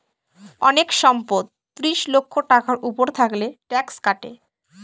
অনেক সম্পদ ত্রিশ লক্ষ টাকার উপর থাকলে ট্যাক্স কাটে